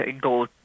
go